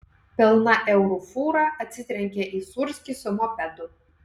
pilna eurų fūra atsitrenkė į sūrskį su mopedu